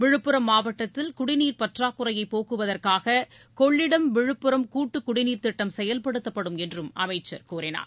விழுப்புரம் மாவட்டத்தில் குடிநீர் பற்றாக்குறையை போக்குவதற்காக கொள்ளிடம் விழுப்புரம் கூட்டுக் குடிநீர் திட்டம் செயல்படுத்தப்படும் என்றும் அமைச்சர் கூறினார்